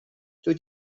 dwyt